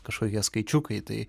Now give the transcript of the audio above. kažkokie skaičiukai tai